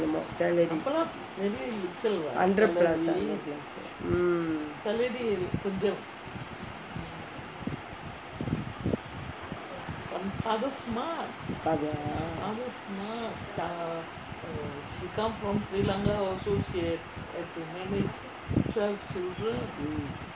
salary hundred plus hundred plus mm father ah